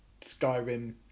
Skyrim